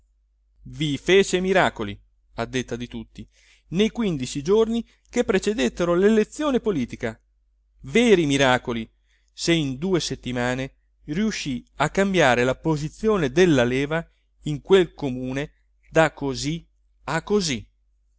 fece miracoli a detta di tutti nei quindici giorni che precedettero lelezione politica veri miracoli se in due settimane riuscì a cambiare la posizione del laleva in quel comune da così a così